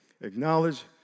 Acknowledge